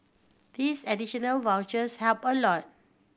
these additional vouchers help a lot